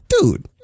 Dude